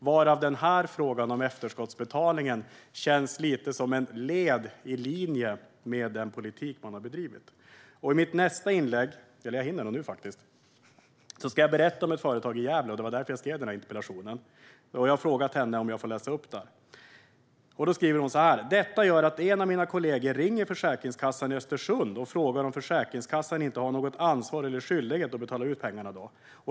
Det känns som att frågan om efterskottsbetalningen går i linje med den politik man har bedrivit. Jag ska berätta om ett företag i Gävle. Det var därför jag skrev denna interpellation, och jag har frågat den berörda kvinnan om jag får läsa upp detta. Hon skriver så här: "Detta gör att en av mina kollegor ringer Försäkringskassan i Östersund och frågar om Försäkringskassan inte har något ansvar eller skyldighet att betala ut pengarna då.